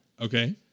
Okay